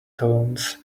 tones